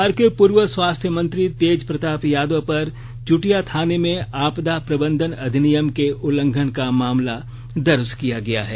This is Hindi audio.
बिहार के पूर्व स्वास्थ्य मंत्री तेज प्रताप यादव पर चुटिया थाने में आपदा प्रबंधन अधिनियम के उल्लंघन का मामला दर्ज किया गया है